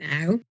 now